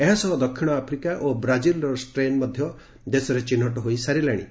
ଏହାସହ ଦକ୍ଷିଶ ଆପ୍ରିକା ଓ ବ୍ରାଜିଲର ଷ୍ଟ୍ରେନ୍ ମଧ୍ଧ ଦେଶରେ ଚିହ୍ଟ ହୋଇ ସାରିଲାଶି